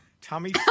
Tommy